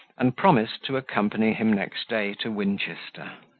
and promised to accompany him next day to winchester.